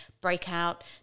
breakout